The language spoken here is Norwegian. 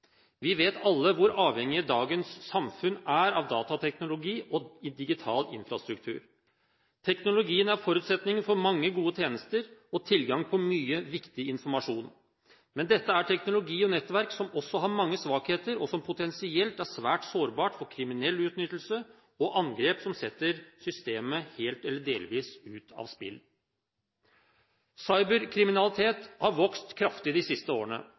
Vi vet alle hvor avhengig dagens samfunn er av datateknologi og digital infrastruktur. Teknologien er forutsetningen for mange gode tjenester og tilgang på mye viktig informasjon. Men dette er teknologi og nettverk som også har mange svakheter, og som potensielt er svært sårbart for kriminell utnyttelse og angrep som setter systemet helt eller delvis ut av spill. Cyberkriminalitet har vokst kraftig de siste årene,